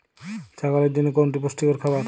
ছাগলের জন্য কোনটি পুষ্টিকর খাবার?